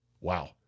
Wow